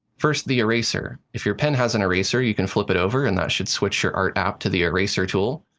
first, the eraser. if your pen has an eraser, you can flip it over and that should switch your art app to the eraser tool.